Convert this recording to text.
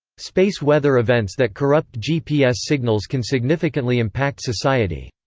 space weather events that corrupt gps signals can significantly impact society.